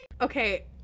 okay